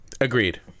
Agreed